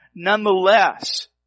Nonetheless